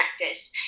practice